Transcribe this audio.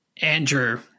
Andrew